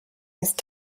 ist